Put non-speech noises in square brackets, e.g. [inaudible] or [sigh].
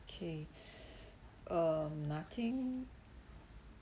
okay [breath] um nothing